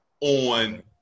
on